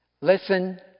listen